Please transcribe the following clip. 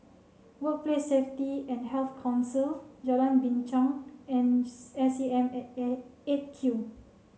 Workplace Safety and Health Council Jalan Binchang and S A M at A eight Q